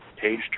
page